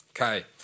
Okay